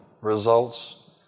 results